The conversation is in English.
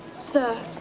Sir